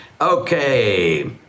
Okay